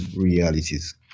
realities